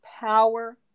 power